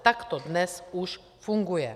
Takto to dnes už funguje.